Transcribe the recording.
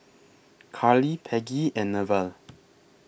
Karli Peggy and Newell